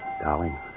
Darling